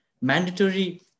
mandatory